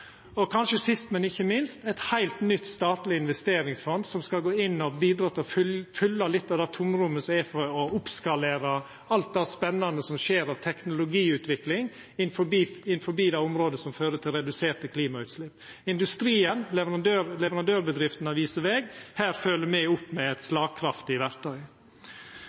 Sist, men ikkje minst: Me får eit heilt nytt statleg investeringsfond, som skal gå inn og bidra til å fylla litt av det tomrommet som er, for å oppskalera alt det spennande som skjer av teknologiutvikling innanfor det området som fører til reduserte klimautslepp. Industrien og leverandørbedriftene viser veg. Her fylgjer me opp med eit slagkraftig verktøy.